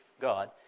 God